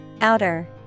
Outer